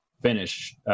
finish